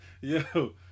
Yo